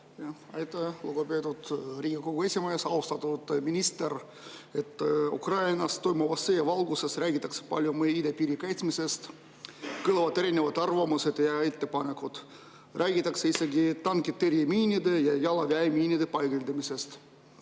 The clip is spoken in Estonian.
Aitäh, lugupeetud Riigikogu esimees! Austatud minister! Ukrainas toimuva sõja valguses räägitakse palju meie idapiiri kaitsmisest. Kõlavad erinevad arvamused ja ettepanekud. Räägitakse isegi tankitõrjemiinide ja jalaväemiinide paigaldamisest.